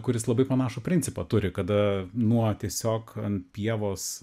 kuris labai panašų principą turi kada nuo tiesiog ant pievos